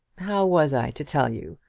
how was i to tell you?